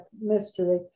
mystery